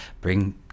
bring